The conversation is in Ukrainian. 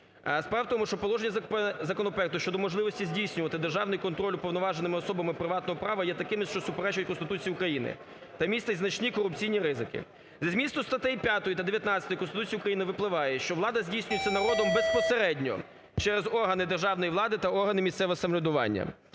Справа в тому, що положення законопроекту щодо можливості здійснювати державних контроль уповноваженими особами приватного права є такими, що суперечать Конституції України та містять значні корупційні ризики. Зі змісту статей 5 та 19 Конституції України випливає, що влада здійснюється народом безпосередньо через органи державної влади та органи місцевого самоврядування.